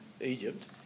Egypt